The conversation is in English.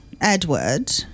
Edward